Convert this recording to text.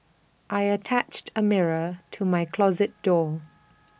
I attached A mirror to my closet door